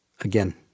Again